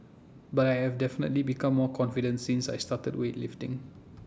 but I have definitely become more confident since I started weightlifting